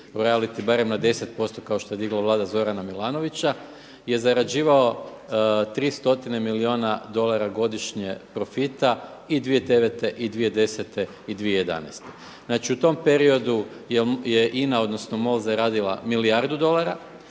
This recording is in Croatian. royality barem na 10% kao što je digla Vlada Zorana Milanovića je zarađivao 3 stotine milijuna dolara godišnje profita i 2009. i 2010. i 2011. Znači u tom periodu je INA, odnosno MOL zaradila milijardu dolara